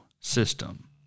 system